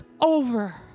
over